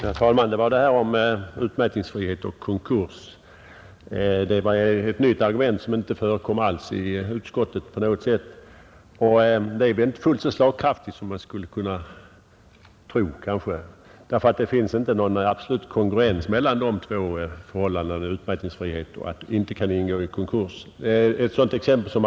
Herr talman! Vad som sagts här om utmätningsfrihet och konkurs är ett nytt argument som inte alls förekom i utskottet, och det är inte fullt så slagkraftigt som man kanske skulle kunna tro. Det finns ju inte någon absolut kongruens mellan utmätningsfrihet och att en tillgång inte kan ingå i en konkurs.